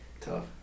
tough